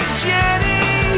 Jenny